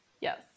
Yes